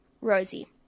Rosie